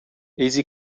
easy